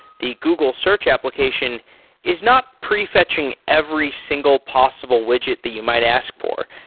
the google search application is not pre-fetching every single possible widget that you might ask for.